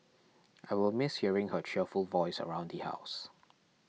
I will miss hearing her cheerful voice around the house